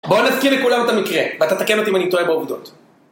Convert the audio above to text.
בואו נזכיר לכולם את המקרה, ואתה תקן אותי אם אני טועה בעובדות.